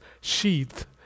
sheath